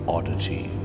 Oddity